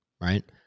right